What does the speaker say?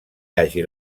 hagi